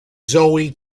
zoe